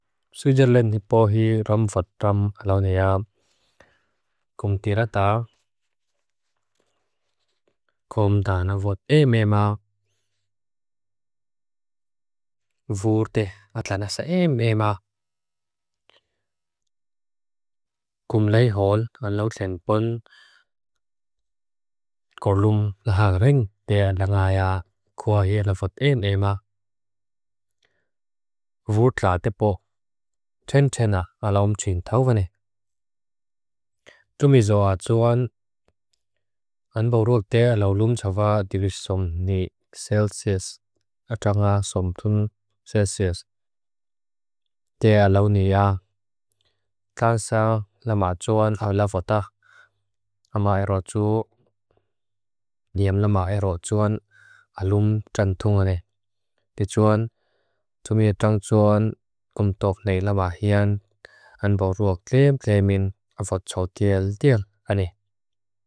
Sujur lenhipo hi ram fat ram alaunea. Kum tirata, kum danavot emema, vurte atlanasa emema. Kum leihol alauchenpun korlum laharing dea dangaya kuahi alavot emema. Vurt ratepo, ten tena alaum chintavane. Tumizoachuan, anboruak dea laulum chavadirisomni selsis. Atanga somtun selsis. Dea alaunea. Kansa lamachuan alavotak. Amaerochu, niem lamaerochuan alum tantungane. Tichuan, tumiedangchuan kum tokne labahian. Anboruak gleem gleemin avot chavadir dil. Ane.